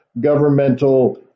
governmental